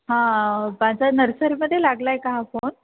हा माझा नर्सरीमध्ये लागला आहे का हा फोन